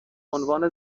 عنوان